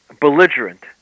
belligerent